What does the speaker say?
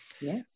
yes